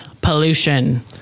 pollution